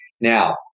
Now